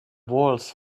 walls